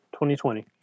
2020